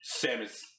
Samus